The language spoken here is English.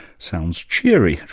sounds cheery,